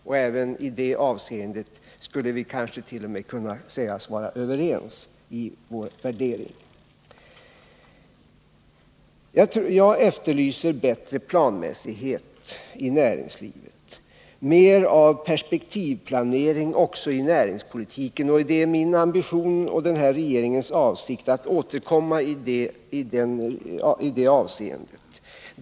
Också i det avseendet skulle vi kanske kunna sägas vara överens i vår värdering. Jag efterlyser bättre planmässighet i näringslivet och mer av perspektivplanering också i näringspolitiken. Och det är min ambition och den här regeringens avsikt att återkomma i det avseendet.